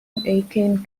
aiken